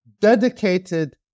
dedicated